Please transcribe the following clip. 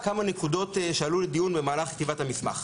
כמה נקודות שעלו לדיון במהלך כתיבת המסמך.